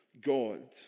God